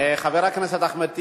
חבר הכנסת אחמד טיבי.